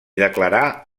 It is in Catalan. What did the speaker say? declarà